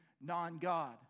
non-God